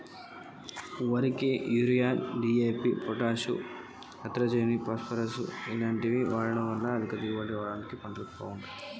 ఏ ఎరువులు వాడటం వల్ల ఏయే ప్రయోజనాలు కలుగుతయి?